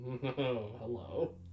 Hello